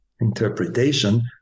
interpretation